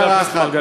חבר הכנסת מרגלית.